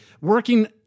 working